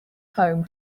home